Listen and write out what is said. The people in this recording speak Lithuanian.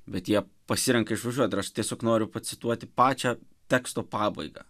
bet jie pasirenka išvažiuot ir aš tiesiog noriu pacituoti pačią teksto pabaigą